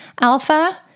alpha